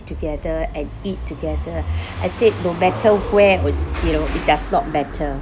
together and eat together I said no matter where it was you know it does not matter